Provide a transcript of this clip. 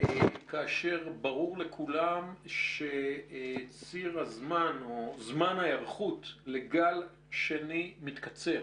כאשר ברור לכולם שציר הזמן או זמן ההיערכות לגל שני מתקצר.